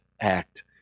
act